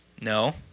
No